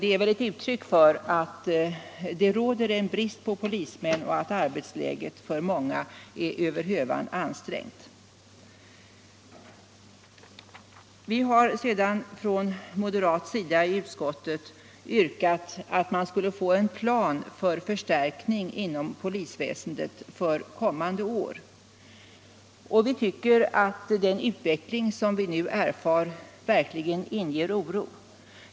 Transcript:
Det är väl ett uttryck för att det råder brist på polismän och att arbetsläget för många är över hövan ansträngt. Vi har sedan från moderat sida i utskottet yrkat att man skulle få en plan för personalförstärkning inom polisväsendet för kommande år. Vi tycker att den utveckling som vi nu erfar verkligen inger oro.